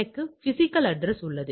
எனக்கு physical address உள்ளது